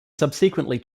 subsequently